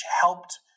helped